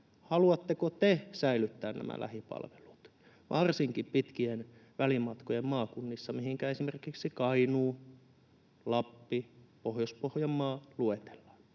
Haluatteko te säilyttää nämä lähipalvelut, varsinkin pitkien välimatkojen maakunnissa, mihinkä esimerkiksi Kainuu, Lappi, Pohjois-Pohjanmaa luetellaan?